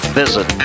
visit